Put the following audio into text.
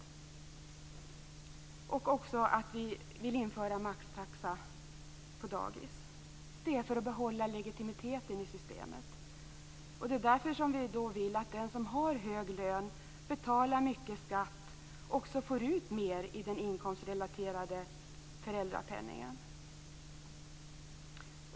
Vi vill också införa maxtaxa på dagis - detta för att behålla legitimiteten i systemet. Det är därför som vi vill att den som har hög lön och betalar mycket skatt också får ut mer i den inkomstrelaterade föräldrapenningen.